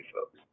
folks